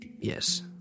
yes